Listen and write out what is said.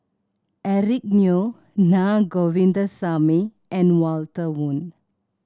Eric Neo Naa Govindasamy and Walter Woon